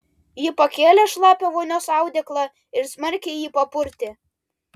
ji pakėlė šlapią vonios audeklą ir smarkiai jį papurtė